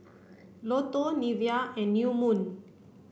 Lotto Nivea and New Moon